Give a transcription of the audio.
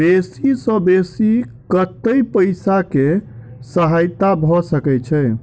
बेसी सऽ बेसी कतै पैसा केँ सहायता भऽ सकय छै?